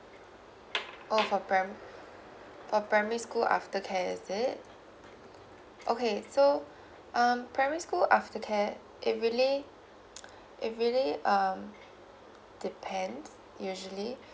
oh for pri~ for primary school after care is it okay so um primary school after care it really it really um depend usually